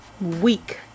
week